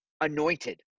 anointed